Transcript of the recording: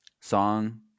song